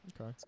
Okay